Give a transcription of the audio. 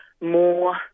more